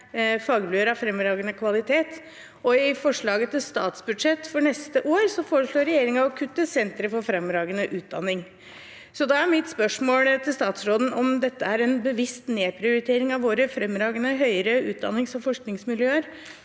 fagmiljøer av fremragende kvalitet, og i forslaget til statsbudsjett for neste år foreslår regjeringen å kutte i Sentre for fremragende utdanning. Da er mitt spørsmål til statsråden om dette er en bevisst nedprioritering av våre fremragende høyere utdannings- og forskningsmiljøer